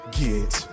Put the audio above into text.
get